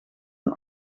een